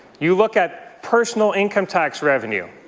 you look at personal income tax revenue,